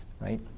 right